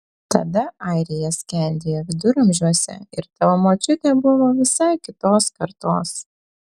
tada airija skendėjo viduramžiuose ir tavo močiutė buvo visai kitos kartos